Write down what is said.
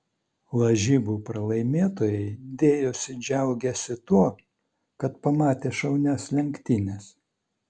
lažybų pralaimėtojai dėjosi džiaugiąsi tuo kad pamatė šaunias lenktynes